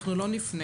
אנחנו לא נפנה.